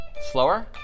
Slower